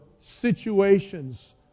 situations